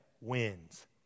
wins